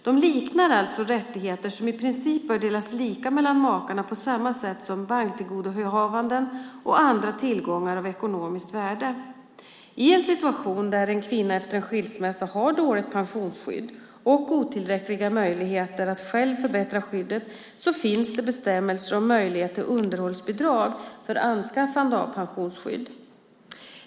De liknar alltså rättigheter som i princip bör delas lika mellan makarna på samma sätt som banktillgodohavanden och andra tillgångar av ekonomiskt värde. I en situation där en kvinna efter en skilsmässa har dåligt pensionsskydd och otillräckliga möjligheter att själv förbättra skyddet finns bestämmelser om möjlighet till underhållsbidrag för anskaffande av pensionsskydd.